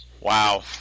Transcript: Wow